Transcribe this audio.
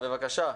בבקשה.